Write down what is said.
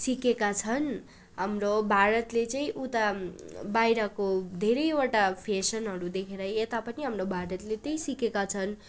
सिकेका छन् हाम्रो भारतले चाहिँ उता बाहिरको धेरैवटा फेसनहरू देखेर यता पनि हाम्रो भारतले त्यही सिकेका छन्